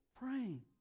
praying